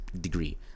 degree